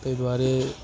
ताहि दुआरे